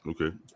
Okay